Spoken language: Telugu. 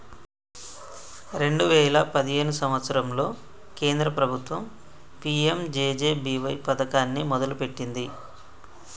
రెండే వేయిల పదిహేను సంవత్సరంలో కేంద్ర ప్రభుత్వం పీ.యం.జే.జే.బీ.వై పథకాన్ని మొదలుపెట్టింది